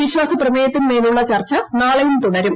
വിശ്വാസപ്രമേയത്തിന്മേലുള്ള ചർച്ച നാളെയും തുടരും